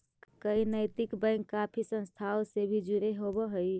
कई नैतिक बैंक काफी संस्थाओं से भी जुड़े होवअ हई